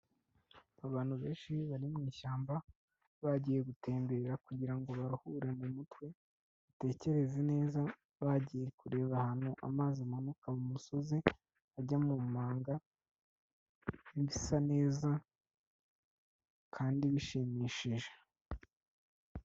Abantu benshi bari mwishyamba bagiye gutembera kugirango baruhure mu mutwe batekereze neza ;bagiye kureba ahantu amazi amanuka mu musozi ajya mu manga bisa neza kandi bishimishije.